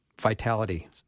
vitality